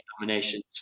nominations